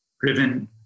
driven